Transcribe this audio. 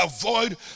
avoid